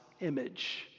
image